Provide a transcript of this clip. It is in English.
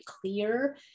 clear